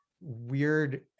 weird